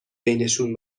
بینشون